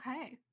Okay